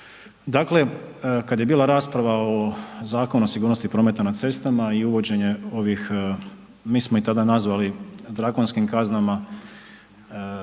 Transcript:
Dakle, kad je bila rasprava o Zakonu o sigurnosti prometa na cestama i uvođenje ovih, mi smo ih tada nazvali drakonskim kaznama,